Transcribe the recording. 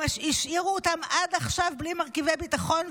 והשאירו אותם עד עכשיו בלי מרכיבי ביטחון,